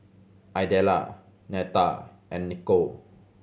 Idella Neta and Niko